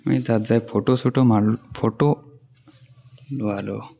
আমি তাত যাই ফটো চটো মাৰিলোঁ ফটো লোৱালোঁ